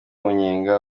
munyenga